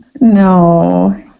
No